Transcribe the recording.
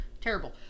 Terrible